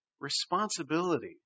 responsibility